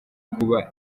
kuba